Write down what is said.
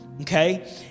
Okay